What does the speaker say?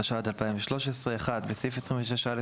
התשע"ד-2013 בסעיף 26(א),